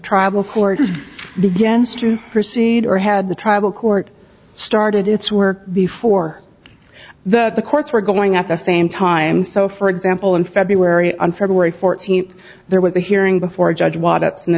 court begins to proceed or had the tribal court started its were before the courts were going at the same time so for example in february on february fourteenth there was a hearing before a judge water and the